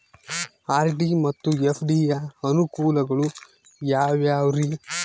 RD ಮತ್ತು FD ಯ ಅನುಕೂಲಗಳು ಯಾವ್ಯಾವುರಿ?